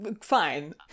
fine